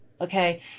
Okay